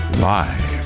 Live